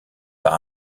par